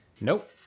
Nope